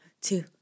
two